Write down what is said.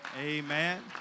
Amen